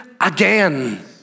again